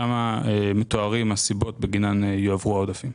שם מתוארות הסיבות בגינן יועברו העודפים.